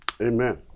Amen